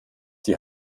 die